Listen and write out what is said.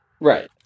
right